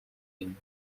ﮐﺸﯿﺪﯾﻢ